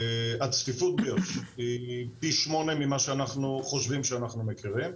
הצפיפות ביו"ש היא פי שמונה ממה שאנחנו חושבים שאנחנו מכירים.